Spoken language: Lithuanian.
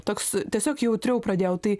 toks tiesiog jautriau pradėjau tai